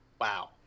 wow